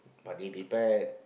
but they prepared